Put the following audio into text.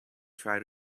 try